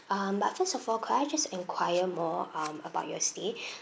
um but first of all could I just inquire more um about your stay